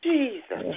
Jesus